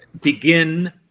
begin